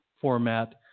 format